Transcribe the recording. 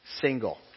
single